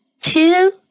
two